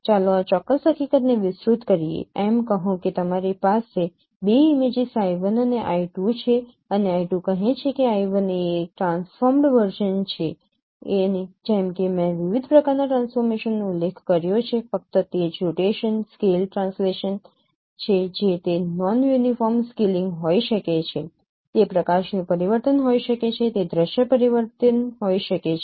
ચાલો આ ચોક્કસ હકીકતને વિસ્તૃત કરીએ એમ કહો કે તમારી પાસે બે ઇમેજીસ I1 અને I2 છે અને I2 કહે છે કે I1 એ એક ટ્રાન્સફૉર્મડ વર્ઝન છે અને જેમકે મેં વિવિધ પ્રકારનાં ટ્રાન્સફોર્મેશનનો ઉલ્લેખ કર્યો છે ફક્ત તે જ રોટેશન સ્કેલ ટ્રાન્સલેશન છે જે તે નોન યુનિફોર્મ સ્કેલિંગ હોઈ શકે છે તે પ્રકાશ નું પરિવર્તન હોઈ શકે છે તે દૃશ્ય પરિવર્તન હોઈ શકે છે